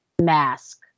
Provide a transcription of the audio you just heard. mask